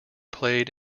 played